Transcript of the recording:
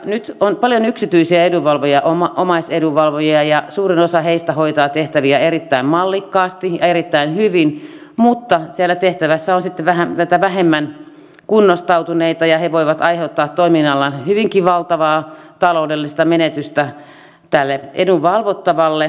nyt on paljon yksityisiä edunvalvojia omaisedunvalvojia ja suurin osa heistä hoitaa tehtäviä erittäin mallikkaasti ja erittäin hyvin mutta siellä tehtävässä on sitten näitä vähemmän kunnostautuneita ja he voivat aiheuttaa toiminnallaan hyvinkin valtavaa taloudellista menetystä edunvalvottavalle